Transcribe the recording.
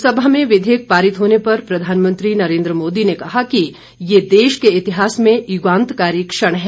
लोकसभा में विधेयक पारित होने पर प्रधानमंत्री नरेन्द्र मोदी ने कहा कि यह देश के इतिहास में युगांतकारी क्षण है